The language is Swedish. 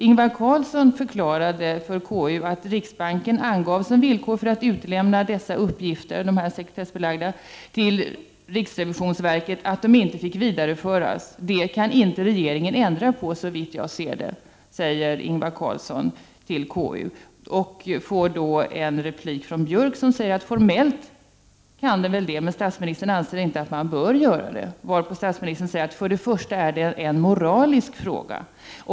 Ingvar Carlsson förklarade att riksbanken angav som villkor för att lämna ut de sekretessbelagda uppgifterna till riksrevisionsverket att de inte fick vidareföras. Det kan regeringen inte ändra på som jag ser det, sade Ingvar Carlsson till KU. Han fick då en replik från Björck, som sade: Formellt kan den väl det, men statsministern anser inte att man bör göra det? Varpå statsministern svarade: För det första är det en moralisk fråga.